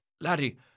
laddie